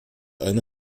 eine